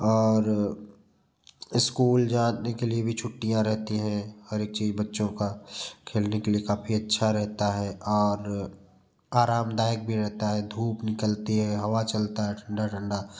और इस्कूल जाने के लिए भी छुट्टियाँ रहती हैं हर एक चीज बच्चों का खेलने के लिए काफ़ी अच्छा रहता है और आरामदायक भी रहता है धूप निकलती है हवा चलता है ठंडा ठंडा